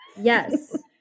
Yes